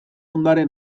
ondare